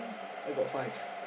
I got five